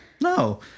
No